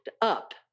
up